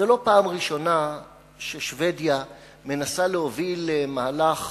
זאת לא הפעם הראשונה ששבדיה מנסה להוביל מהלך